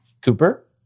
Cooper